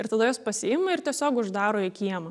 ir tada juos pasiima ir tiesiog uždaro į kiemą